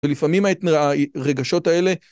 ולפעמים ההתנה-הי-רגשות האלה...